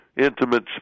intimate